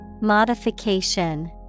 Modification